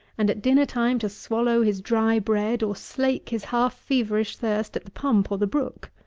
and at dinner time to swallow his dry bread, or slake his half-feverish thirst at the pump or the brook.